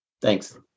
Thanks